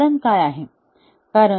कारण काय आहे